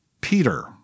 Peter